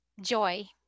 joy